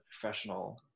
professional